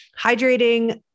hydrating